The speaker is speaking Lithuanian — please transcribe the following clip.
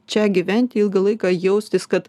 čia gyventi ilgą laiką jaustis kad